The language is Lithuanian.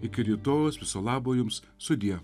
iki rytojaus viso labo jums sudie